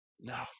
No